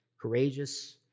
courageous